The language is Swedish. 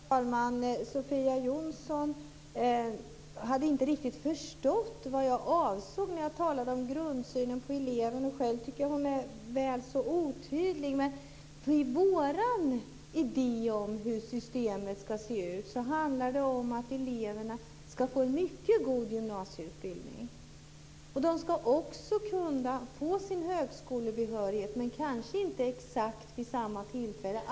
Fru talman! Sofia Jonsson förstod inte riktigt vad jag avsåg när jag talade om grundsynen på eleven. Själv tycker jag att hon är väl så otydlig. Vår idé om hur systemet ska se ut handlar om att eleverna ska få en mycket god gymnasieutbildning. De ska också kunna få högskolebehörighet, men kanske inte exakt vid samma tillfälle.